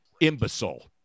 imbecile